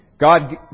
God